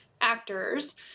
actors